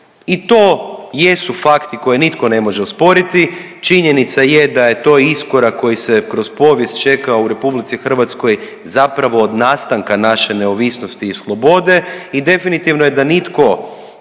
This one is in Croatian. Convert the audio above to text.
i to jesu fakti koje nitko ne može osporiti. Činjenica je da je to iskorak koji se kroz povijest čeka u RH zapravo od nastanka naše neovisnosti i slobode i definitivno je da nitko